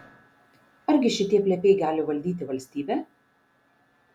argi šitie plepiai gali valdyti valstybę